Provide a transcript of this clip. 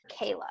Kayla